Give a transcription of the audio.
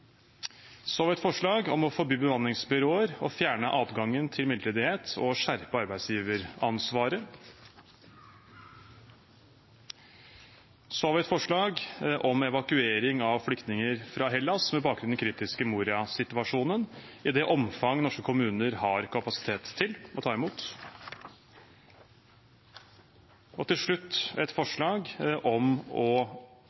Vi fremmer også et forslag om å forby bemanningsbyråer, fjerne adgangen til midlertidighet og skjerpe arbeidsgiveransvaret. Videre fremmer vi et forslag om evakuering av flyktninger fra Hellas, med bakgrunn i den kritiske Moria-situasjonen, i det omfang norske kommuner har kapasitet til å ta imot. Det nest siste forslaget som fremmes, er et